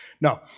No